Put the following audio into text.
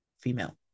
female